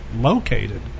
located